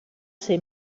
ser